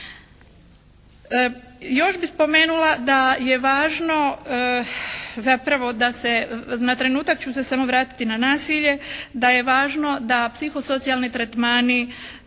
Još bih spomenula da je važno zapravo da se, na trenutak ću se samo vratiti na nasilje da je važno da psihosocijalni tretmani